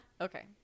Okay